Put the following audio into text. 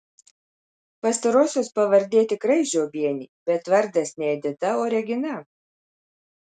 pastarosios pavardė tikrai žiobienė bet vardas ne edita o regina